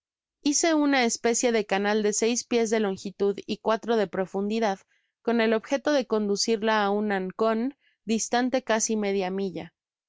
hice una especie de canal de seis pies de longitud y cuatro de profundidad con el objeto de conducirla á un ancon distante casi media milla en